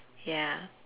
ya